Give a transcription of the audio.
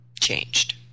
changed